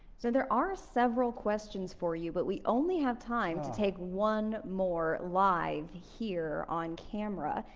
so there are several questions for you but we only have time to take one more live here on camera.